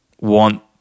want